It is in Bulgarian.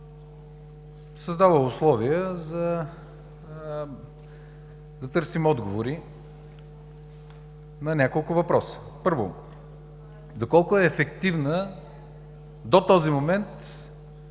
създава условия да търсим отговори на няколко въпроса. Първо, доколко е ефективна до този момент